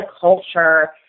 culture